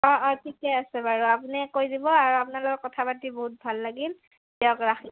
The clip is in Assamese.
অঁ ঠিকে আছে বাৰু আপুনি কৈ দিব আৰু আপোনাৰ লগত কথা পাতি বহুত ভাল লাগিল দিয়ক ৰাখোঁ